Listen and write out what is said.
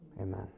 Amen